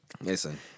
Listen